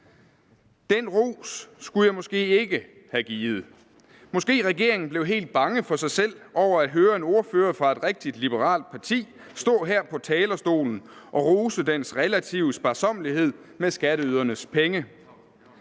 Den ros skulle jeg måske ikke have givet. Måske regeringen blev helt bange for sig selv over at høre en ordfører fra et rigtig liberalt parti stå her på talerstolen og rose dens relative sparsommelighed med skatteydernes penge.